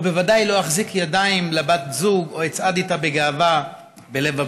ובוודאי לא אחזיק ידיים לבת זוג או אצעד איתה בגאווה בלב הבירה.